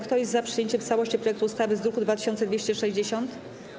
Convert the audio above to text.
Kto jest za przyjęciem w całości projektu ustawy z druku nr 2260?